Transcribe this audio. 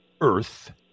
earth